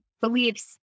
beliefs